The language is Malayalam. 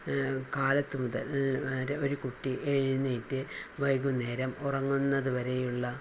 കാലത്തു മുതൽ ഒരു കുട്ടി എഴുന്നേറ്റ് വൈകുന്നേരം ഉറങ്ങുന്നത് വരേയുള്ള